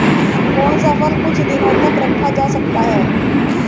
कौन सा फल कुछ दिनों तक रखा जा सकता है?